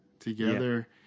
together